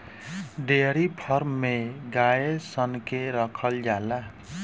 dairy farm में गाय सन के राखल जाला